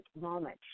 moment